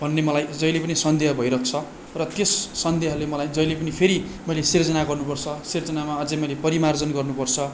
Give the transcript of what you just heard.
भन्ने मलाई जहिल्यै पनि सन्देह भइरहन्छ र त्यस सन्देहले मलाई जहिल्यै पनि फरि मैले सिर्जना गर्नुपर्छ सिर्जनामा अझै मैले परिमार्जन गर्नुपर्छ